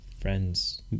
friend's